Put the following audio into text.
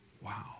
Wow